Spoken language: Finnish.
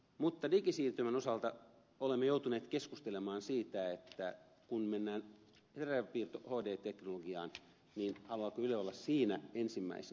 mutta digisiirtymän osalta olemme joutuneet keskustelemaan siitä kun mennään teräväpiirto hd teknologiaan haluaako yle olla siinä ensimmäisenä